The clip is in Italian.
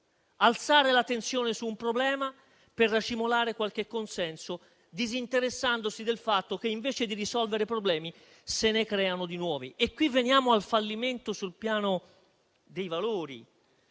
alzare la tensione su un problema per racimolare qualche consenso, disinteressandosi del fatto che, invece di risolvere i problemi, se ne creano di nuovi. Qui veniamo al fallimento sul piano dei valori.